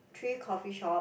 three coffee shop